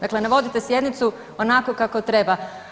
Dakle, ne vodite sjednicu onako kako treba.